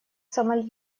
сомали